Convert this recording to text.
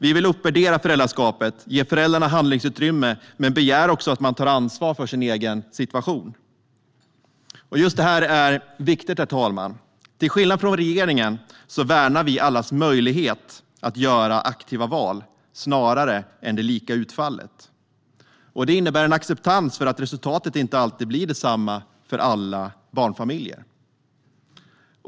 Vi vill uppvärdera föräldraskapet och ge föräldrarna handlingsutrymme men begär också att man tar ansvar för sin egen situation. Just detta är viktigt. Till skillnad från regeringen värnar vi allas möjlighet att göra aktiva val snarare än det lika utfallet. Det innebär en acceptans för att resultatet inte alltid blir detsamma för alla barnfamiljer.